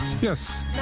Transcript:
Yes